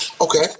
Okay